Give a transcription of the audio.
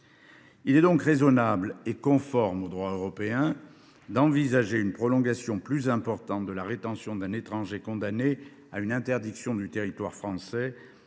Il est donc raisonnable et conforme au droit européen d’envisager une prolongation plus importante de la rétention d’un étranger condamné à une interdiction de territoire français